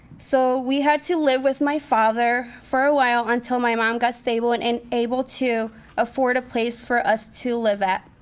so we had to live with my father for a while until my mom got stable and and able to afford a place for us to live at.